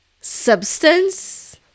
substance